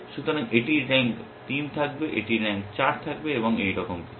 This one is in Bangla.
সুতরাং এটির র্যাঙ্ক 3 থাকবে এটির র্যাঙ্ক 4 থাকবে এবং এইরকম কিছু